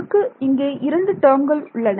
நமக்கு இங்கே இரண்டு டேர்ம்கள் உள்ளன